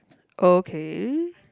okay